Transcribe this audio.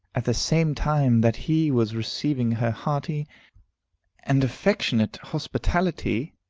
at the same time that he was receiving her hearty and affectionate hospitality.